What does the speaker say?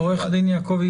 עורכת דין יעקבי,